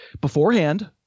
beforehand